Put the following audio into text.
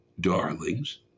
darlings